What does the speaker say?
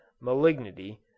malignity